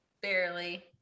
barely